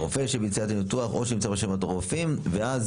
הרופא שמבצע את הניתוח או שנמצא ברשימת הרופאים ואז,